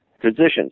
physicians